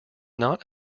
not